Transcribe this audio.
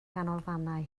ganolfannau